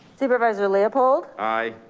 supervisor leopold, aye.